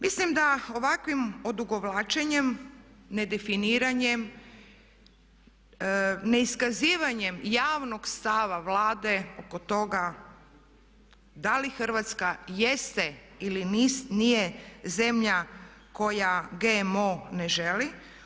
Mislim da ovakvim odugovlačenjem, nedefiniranjem, neiskazivanjem javnog stava Vlade oko toga da li Hrvatska jeste ili nije zemlja koja GMO ne želi.